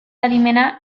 adimena